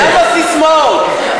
למה ססמאות?